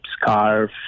scarf